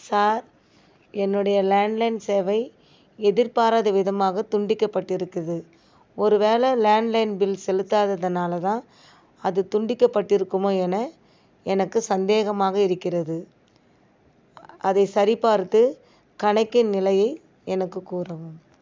sir என்னுடைய landline சேவை எதிர்பாராத விதமாக துண்டிக்கப்பட்டிருக்குது ஒருவேளை லேண்ட்லைன் பில் செலுத்தாததினால தான் அது துண்டிக்கப்பட்டிருக்குமோ என எனக்கு சந்தேகமாக இருக்கிறது அதை சரி பார்த்து கணக்கின் நிலையை எனக்கு கூறவும்